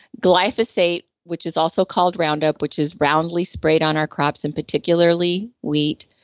glyphosate, which is also called roundup which is roundly sprayed on our crops and particularly wheat.